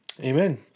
Amen